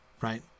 right